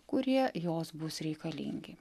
kurie jos bus reikalingi